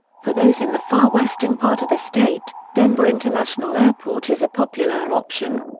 for those in the far western part of the state, denver international airport is a popular option.